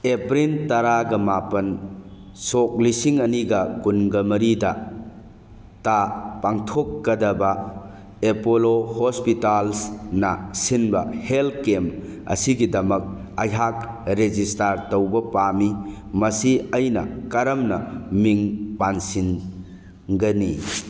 April ꯇꯔꯥꯒ ꯃꯥꯄꯜ ꯁꯣꯛ ꯂꯤꯁꯤꯡ ꯑꯅꯤꯒ ꯀꯨꯟꯒ ꯃꯔꯤꯗ ꯄꯥꯡꯊꯣꯛꯀꯗꯕ ꯑꯦꯄꯣꯂꯣ ꯍꯣꯁꯄꯤꯇꯥꯜꯁꯅ ꯁꯤꯟꯕ ꯍꯦꯜꯠ ꯀꯦꯝ ꯑꯁꯤꯒꯤꯗꯃꯛ ꯑꯩꯍꯥꯛ ꯔꯦꯖꯤꯁꯇꯥꯔ ꯇꯧꯕ ꯄꯥꯝꯃꯤ ꯃꯁꯤ ꯑꯩꯅ ꯀꯔꯝꯅ ꯃꯤꯡ ꯄꯥꯟꯁꯤꯟꯒꯅꯤ